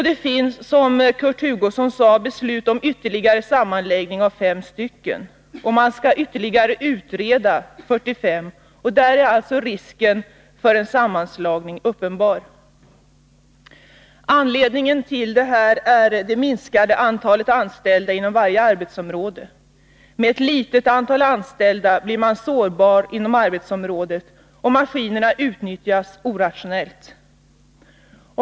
Det finns, som Kurt Hugosson sade, beslut om ytterligare sammanläggning av 5 sådana områden. Man skall ytterligare utreda 45, och där är alltså risken för en sammanslagning uppenbar. Anledningen till detta är det minskade antalet anställda inom varje arbetsområde. Med ett litet antal anställda blir man sårbar inom arbetsområdet, och maskinerna utnyttjas orationellt.